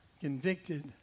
Convicted